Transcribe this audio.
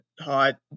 hot